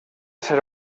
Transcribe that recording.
ser